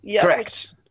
Correct